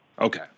Okay